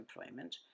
employment